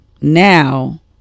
now